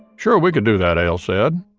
sure, we could do that, ailes said.